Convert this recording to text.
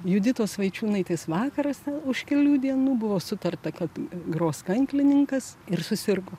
juditos vaičiūnaitės vakaras už kelių dienų buvo sutarta kad gros kanklininkas ir susirgo